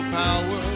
power